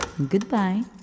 Goodbye